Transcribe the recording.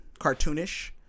cartoonish